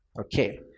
Okay